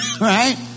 Right